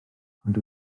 ond